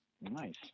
Nice